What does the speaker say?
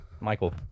Michael